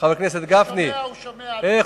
חבר הכנסת גפני, הוא שומע, הוא שומע, אל תדאג.